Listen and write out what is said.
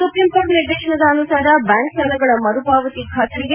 supreme court ನಿರ್ದೇಶನದ ಅನುಸಾರ bank ಸಾಲಗಳ ಮರುಪಾವತಿ ಖಾತರಿಗೆ